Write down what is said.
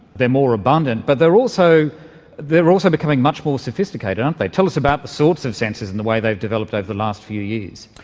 they're more abundant but they're also they're also becoming much more sophisticated, aren't they? tell us about the sorts of sensors and the way they've developed over the last few years.